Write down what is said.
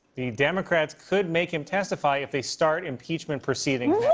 the democrats could make him testify if they start impeachment proceedings.